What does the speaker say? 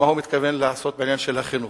מה הוא מתכוון לעשות בעניין של החינוך,